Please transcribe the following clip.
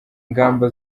ingamba